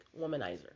womanizer